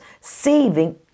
Saving